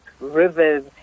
rivers